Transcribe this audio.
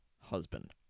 husband